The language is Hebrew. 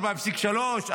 4.3,